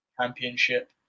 Championship